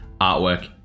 artwork